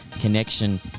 connection